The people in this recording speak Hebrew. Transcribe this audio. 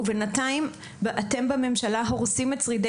ובינתיים אתם בממשלה הורסים את שרידי